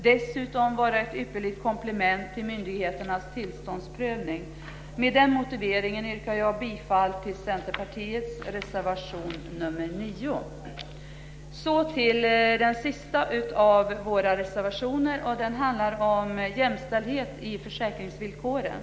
Dessutom skulle det vara ett ypperligt komplement till myndigheternas tillståndsprövning. Med den motiveringen yrkar jag bifall till Centerpartiets reservation nr 9. Så till den sista av våra reservationer. Den handlar om jämställdhet i försäkringsvillkoren.